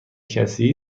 کسی